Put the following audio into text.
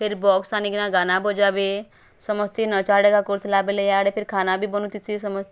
ଫେର୍ ବକ୍ସ୍ ଆନିକିନା ଗାନା ବଜାବେ ସମସ୍ତେ ନଚା ଡ଼େଗା କରୁଥିଲାବେଲେ ଆଡ଼େ ଫେର୍ ଖାନା ବି ବନୁଥିସି ସମସ୍ତେ